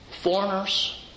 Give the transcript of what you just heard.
foreigners